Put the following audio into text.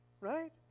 right